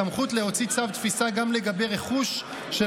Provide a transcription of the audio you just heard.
סמכות להוציא צו תפיסה גם לגבי רכוש של